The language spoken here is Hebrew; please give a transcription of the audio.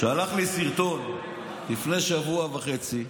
הוא שלח לי סרטון לפני שבוע וחצי.